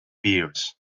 beers